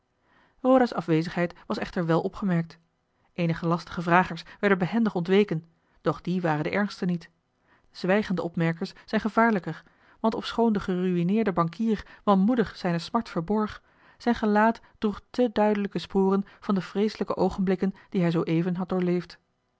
roda's afwezigheid was echter wel opgemerkt eenige lastige vragers werden behendig ontweken doch die waren de ergste niet zwijgende opmerkers zijn gevaarlijker want ofschoon de geruïneerde bankier manmoedig zijne smart verborg zijn gelaat droeg te duidelijke sporen van de vreeselijke oogenblikken die hij zooeven had doorleefd